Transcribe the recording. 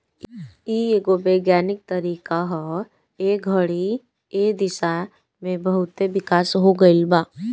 इ एगो वैज्ञानिक तरीका ह ए घड़ी ए दिशा में बहुते विकास हो गईल बा